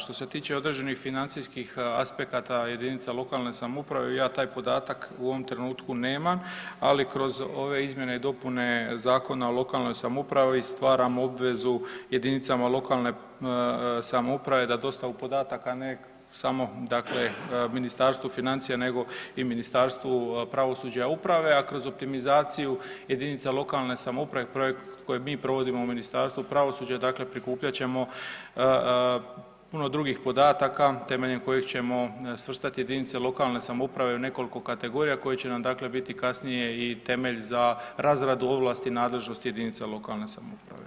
Što se tiče određenih financijskih aspekata jedinica lokalne samouprave, ja taj podatak u ovom trenutku nema, ali kroz ove izmjene i dopune Zakona o lokalnoj samoupravi stvaramo obvezu jedinicama lokalne samouprave da dostavu podataka ne samo Ministarstvu financija nego i Ministarstvu pravosuđa i uprave, a kroz optimizaciju jedinice lokalne samouprave projekt koji mi provodimo u Ministarstvu pravosuđa prikupljat ćemo puno drugih podataka temeljem kojih ćemo svrstati jedinice lokalne samouprave u nekoliko kategorija koje će nam biti kasnije i temelj za razradu ovlasti i nadležnosti jedinica lokalne samouprave.